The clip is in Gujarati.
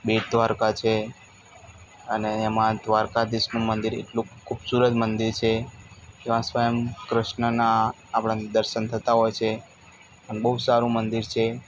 બેટ દ્વારકા છે અને એમાં દ્વારકાધીશનું મંદિર એટલું ખૂબસૂરત મંદિર છે એમાં સ્વયં કૃષ્ણનાં આપણને દર્શન થતાં હોય છે અને બહુ સારું મંદિર છે